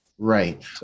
right